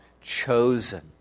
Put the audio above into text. chosen